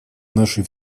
нашей